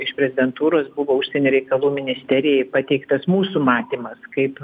iš prezidentūros buvo užsienio reikalų ministerijai pateiktas mūsų matymas kaip